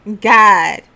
God